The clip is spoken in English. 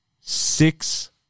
Six